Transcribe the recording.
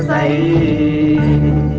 a